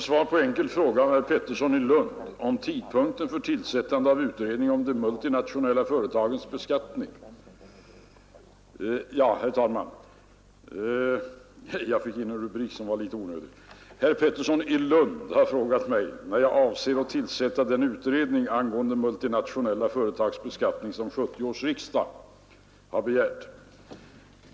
Herr talman! Herr Pettersson i Lund har frågat mig när jag avser att tillsätta den utredning angående multinationella företags beskattning som 1970 års riksdag begärde.